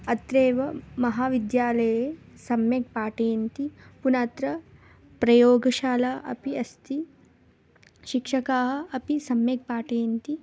अत्रेव महाविद्यालये सम्यक् पाठयन्ति पुनात्र प्रयोगशाला अपि अस्ति शिक्षकाः अपि सम्यक् पाठयन्ति